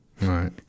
Right